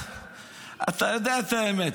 אתה יודע את האמת.